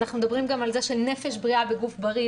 אנחנו מדברים גם על זה שנפש בריאה בגוף בריא.